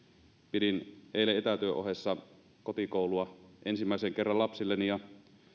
pidin eilen etätyön ohessa kotikoulua ensimmäisen kerran lapsilleni ja